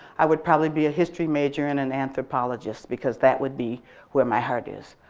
i would probably be a history major and an anthropologist because that would be where my heart is,